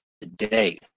today